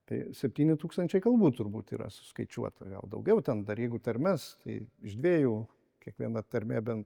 tai septyni tūkstančiai kalbų turbūt yra suskaičiuota gal daugiau ten dar jeigu tarmes tai iš dviejų kiekviena tarmė bent